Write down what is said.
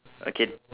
okay